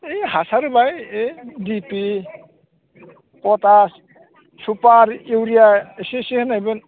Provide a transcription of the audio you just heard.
ओय हासार होबाय ओइ D P potash super urea एसे एसे होनायमोन